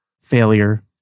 failure